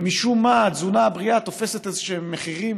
ומשום מה, התזונה הבריאה תופסת איזשהם מחירים